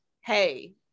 hey